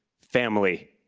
family,